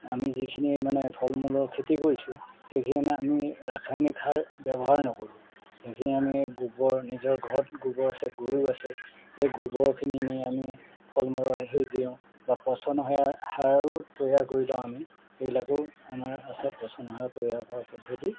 আমি যিখিনি মানে ফল মূলৰ খেতি কৰিছোঁ সেইখিনি আমি ৰাসায়নিক সাৰ ব্যৱহাৰ নকৰোঁ সেইখিনি আমি গোবৰ নিজৰ ঘৰত গোবৰ আছে গৰু আছে সেই গোবৰখিনি নি আমি ফল মূলৰ সেই দিওঁ বা পচন সেয়া সাৰো তৈয়াৰ কৰি লওঁ আমি সেইবিলাকো আমাৰ আছে পচন সেয়া তৈয়াৰ কৰা পদ্ধতি